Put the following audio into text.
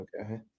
Okay